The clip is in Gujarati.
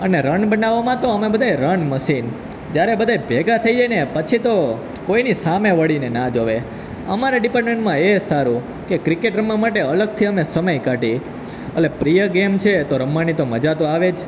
અને રન બનાવવામાં તો અમે બધાં રન મશીન જ્યારે બધાં ભેગા થઈએને પછી તો કોઇની સામે વળીને ના જોવે અમારે ડિપાર્ટમેન્ટમાં એ સારું કે ક્રિકેટ રમવા માટે અલગથી અમે સમય કાઢીએ એટલે પ્રિય ગેમ છે તો રમવાની તો મજા તો આવે જ